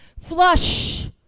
flush